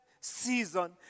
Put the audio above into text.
season